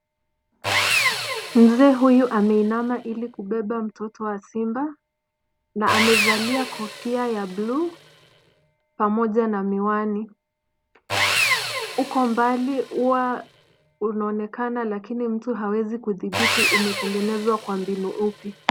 Mzee huyu ameinama ili kubeba mtoto wa simba na amevalia kofia ya buluu pamoja na miwani. Huko mbali ua unaonekana lakini mtu haezi kudhibiti umetengenezwa kwa mbinu upi.